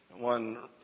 One